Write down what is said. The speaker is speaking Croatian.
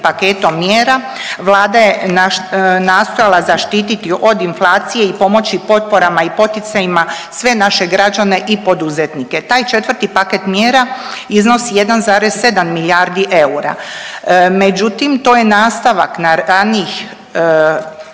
paketom mjera Vlada je nastojala zaštititi od inflacije i pomoći potporama i poticajima sve naše građane i poduzetnike. Taj četvrti paket mjera iznosi 1,7 milijardi eura, međutim to je nastavak ranijih